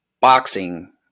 boxing